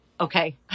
okay